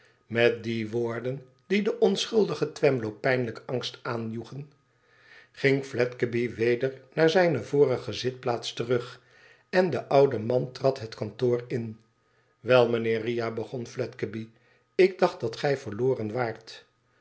met die woorden die den onschuldigen twemlow pijnlijken angst aanjoegen ging fledgeby weder naar zijne vorige zitplaats terug en de oude man trad het kantoor in iwel mijnheer riah begon fledgeby lik dacht dat gij verloren waart